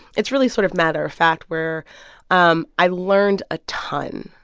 it's really sort of matter of fact, where um i learned a ton.